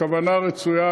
הכוונה רצויה,